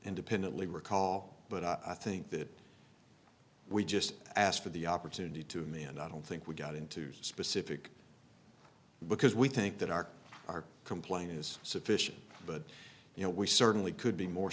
independently recall but i think that we just asked for the opportunity to me and i don't think we got into specific because we think that our our complaint is sufficient but you know we certainly could be more